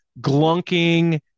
glunking